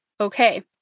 okay